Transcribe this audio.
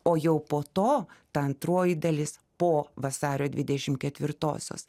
o jau po to ta antroji dalis po vasario dvidešimt ketvirtosios